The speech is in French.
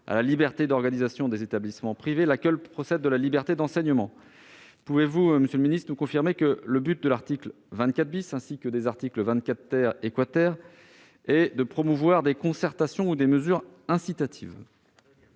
à la liberté d'organisation des établissements privés, laquelle procède de la liberté d'enseignement. Monsieur le ministre, pouvez-vous nous confirmer que le but de l'article 24, ainsi que des articles 24 et 24 est de promouvoir des concertations ou des mesures incitatives ?